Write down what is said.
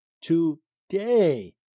today